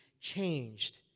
changed